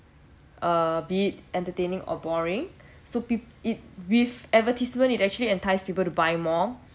a bit entertaining or boring so peop~ it with advertisement it actually entice people to buy more